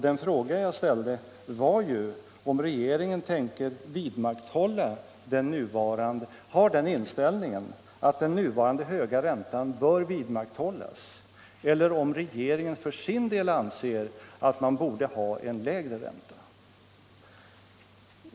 Den fråga jag ställde var ju om regeringen har den inställningen att den nuvarande höga räntan bör vidmakthållas eller om regeringen för sin del anser att man borde ha en lägre ränta.